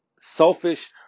selfish